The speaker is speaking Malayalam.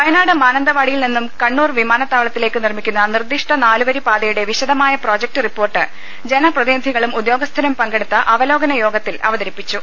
വയനാട് മാനുന്തവാടിയിൽ നിന്നും കണ്ണൂർ വിമാനത്താവളത്തി ലേക്ക് നിർമ്മിക്കുന്ന നിർദ്ദിഷ്ട നാലുവരി പാതയുടെ വിശദമായ പ്രൊജക്ട് റിപ്പോർട്ട് ജനപ്രതിനിധികളും ഉദ്യോഗസ്ഥരും പങ്കെടുത്ത അവലോക്ന ്യോഗത്തിൽ അവതരിപ്പിച്ചു